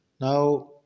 Now